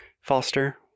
Foster